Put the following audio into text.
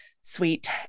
sweet